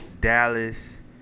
Dallas